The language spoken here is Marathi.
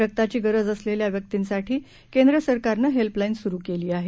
रक्ताची गरज असलेल्या व्यक्तींसाठी केंद्र सरकारने हेल्पला जि सुरू केली आहे